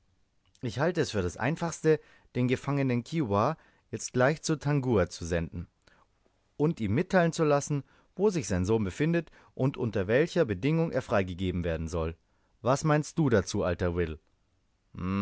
ich halte es für das einfachste den gefangenen kiowa jetzt gleich zu tangua zu senden und ihm mitteilen zu lassen wo sich sein sohn befindet und unter welcher bedingung er freigegeben werden soll was meinst du dazu alter will